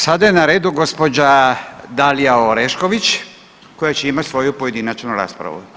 Sada je na redu gđa. Dalija Orešković koja će imat svoju pojedinačnu raspravu,